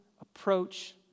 approach